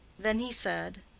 then he said,